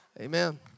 amen